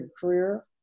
career